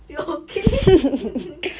still okay